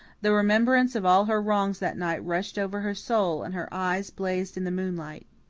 the remembrance of all her wrongs that night rushed over her soul, and her eyes blazed in the moonlight.